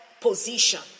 position